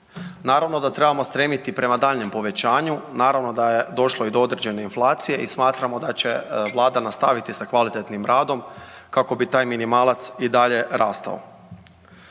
Naravno da trebamo stremiti prema daljnjem povećanju, naravno da je došlo i do određene inflacije i smatramo da će Vlada nastaviti sa kvalitetnim radom kako bi taj minimalac i dalje rastao.